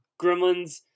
Gremlins